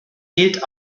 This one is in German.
gilt